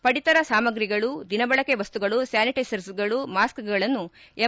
ಪಡಿತರ ಸಾಮ್ರಿಗಳು ದಿನ ಬಳಕೆ ಮಸ್ತುಗಳು ಸ್ಥಾನಿಟ್ಟೆಸರ್ಸ್ಗಳು ಮಾಸ್ಕ್ ಗಳನ್ನು ಎಂ